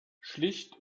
schlicht